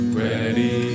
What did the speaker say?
ready